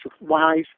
wise